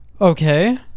Okay